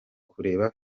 kureba